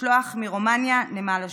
משלוח מרומניה, נמל אשדוד.